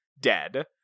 dead